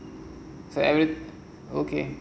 so okay